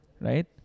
right